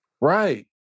Right